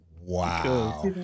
Wow